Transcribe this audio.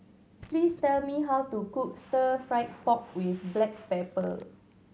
please tell me how to cook Stir Fried Pork With Black Pepper